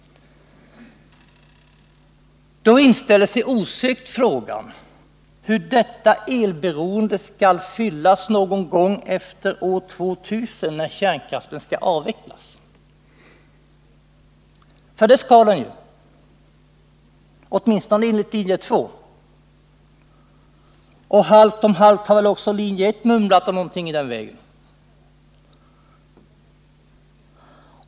Då inställer sig osökt frågan hur detta elberoende skall fyllas någon gång efter år 2000, när kärnkraften skall avvecklas. För det skall den ju — åtminstone enligt linje 2, och halvt om halvt har väl också linje I mumlat någonting i den vägen.